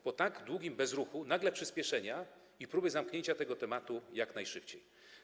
Po tak długim bezruchu nagle doszło przyspieszenia i próby zamknięcia tego tematu jak najszybciej.